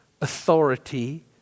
authority